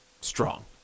strong